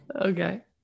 Okay